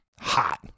hot